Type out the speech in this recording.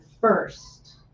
first